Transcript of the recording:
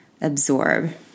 absorb